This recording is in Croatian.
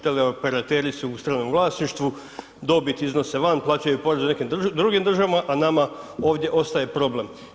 Teleoperateri su u stranom vlasništvu, dobit iznose van, plaćaju poreze u nekih drugim državama, a nama ovdje ostaje problem.